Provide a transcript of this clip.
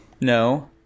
No